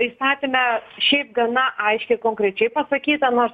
įstatyme šiaip gana aiškiai konkrečiai pasakyta nors